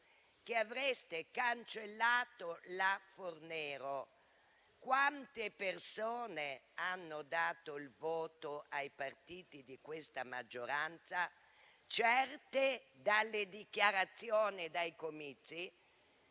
che avreste cancellato la cosiddetta legge Fornero. Quante persone hanno dato il voto ai partiti di questa maggioranza certe, dalle dichiarazioni e dai comizi,